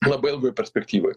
labai ilgoj perspektyvoj